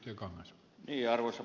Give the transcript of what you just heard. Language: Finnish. arvoisa puhemies